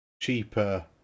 cheaper